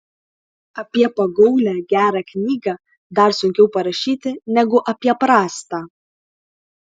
apie pagaulią gerą knygą dar sunkiau parašyti negu apie prastą